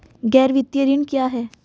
गैर वित्तीय ऋण क्या है?